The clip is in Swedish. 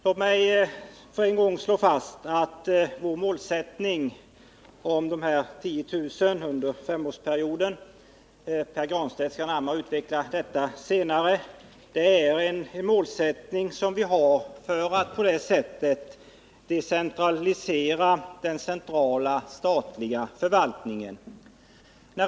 Låt mig med en gång slå fast att vår målsättning 10 000 arbetstillfällen under en femårsperiod — Pär Granstedt kommer senare att närmare utveckla denna — är en målsättning i syfte att decentralisera den centrala statliga förvaltningen.